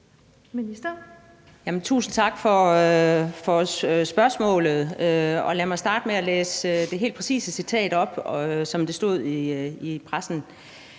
Tak for spørgsmålet. Lad mig starte med at læse det helt præcise citat op, som stod i pressen: